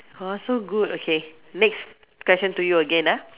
!wah! so good okay next question to you again ah